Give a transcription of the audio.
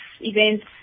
events